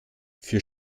für